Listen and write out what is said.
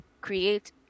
create